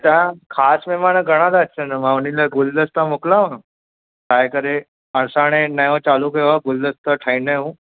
त तव्हां ख़ासि महिमान घणा था अचनि मां हुन लाइ गुलदस्ता मोकिलियांव ठाहे करे असां हाणे नओं चालू कयो आहे गुलदस्ता ठाहींदा आहियूं